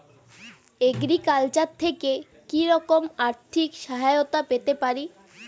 Agriculture থেকে কি রকম আর্থিক সহায়তা পেতে পারি?